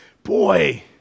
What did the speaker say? boy